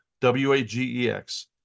w-a-g-e-x